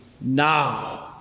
now